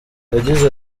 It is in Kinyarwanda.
yagize